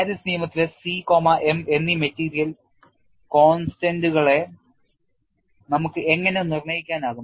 Paris നിയമത്തിലെ C m എന്നീ material കോൺസ്റ്റന്റുകളെ നമുക്ക് എങ്ങനെ നിർണ്ണയിക്കാനാകും